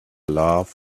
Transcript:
love